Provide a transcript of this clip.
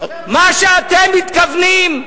מה שאתם מתכוונים,